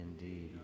Indeed